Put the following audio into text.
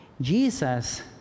Jesus